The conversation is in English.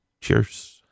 cheers